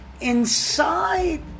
inside